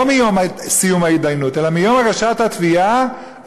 לא מיום סיום ההתדיינות אלא ביום הגשת התביעה,